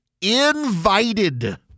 invited